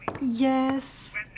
Yes